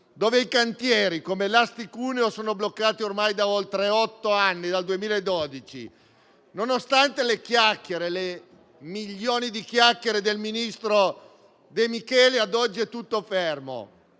dove i cantieri, come quello della Asti-Cuneo, sono bloccati ormai da oltre otto anni, dal 2012. Nonostante i milioni di chiacchiere del ministro De Micheli, ad oggi è tutto fermo.